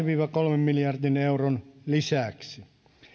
viiva kolmen miljardin euron lisäksi